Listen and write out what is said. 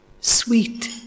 sweet